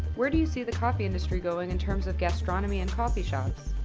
where do you see the coffee industry going in terms of gastronomy in coffee shops?